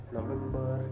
November